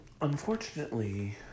Unfortunately